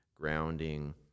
grounding